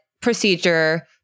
procedure